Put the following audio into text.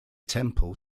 temple